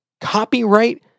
copyright